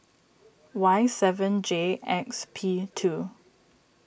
Y seven J X P two